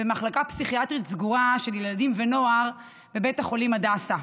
במחלקה פסיכיאטרית סגורה של ילדים ונוער בבית החולים הדסה.